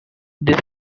this